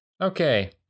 Okay